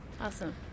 Awesome